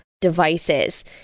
devices